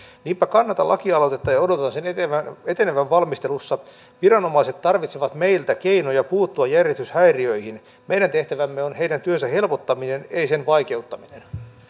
niinpä kannatan lakialoitetta ja odotan sen etenevän etenevän valmistelussa viranomaiset tarvitsevat meiltä keinoja puuttua järjestyshäiriöihin meidän tehtävämme on heidän työnsä helpottaminen ei sen vaikeuttaminen